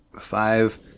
five